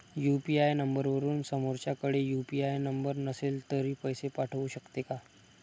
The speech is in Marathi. यु.पी.आय नंबरवरून समोरच्याकडे यु.पी.आय नंबर नसेल तरी पैसे पाठवू शकते का?